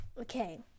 Okay